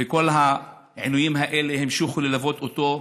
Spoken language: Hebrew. וכל העינויים האלה המשיכו ללוות אותו,